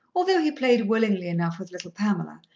although he played willingly enough with little pamela,